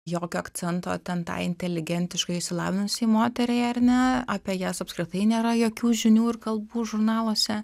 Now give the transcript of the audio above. jokio akcento ten tai inteligentiškai išsilavinusiai moteriai ar ne apie jas apskritai nėra jokių žinių ir kalbų žurnaluose